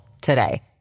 today